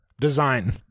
design